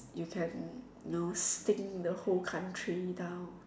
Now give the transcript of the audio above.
you can know stink the whole country down